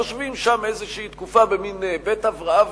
יושבים שם איזו תקופה במין בית הבראה